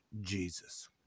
Jesus